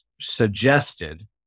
suggested